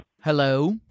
hello